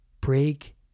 break